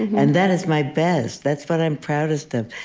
and that is my best. that's what i'm proudest of.